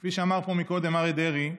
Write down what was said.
כפי שאמר פה קודם אריה דרעי,